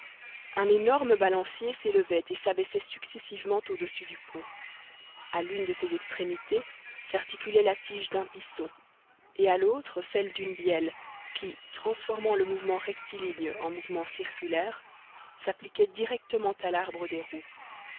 un énorme balancier s'élevait et s'abaissait successivement au dessus du pont à l'une de ses extrémités s'articulait la tige d'un piston et à l'autre celle d'une bielle qui transformant le mouvement rectiligne en mouvement circulaire s'appliquait directement à l'arbre des roues